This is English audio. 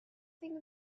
think